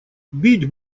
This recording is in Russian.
бить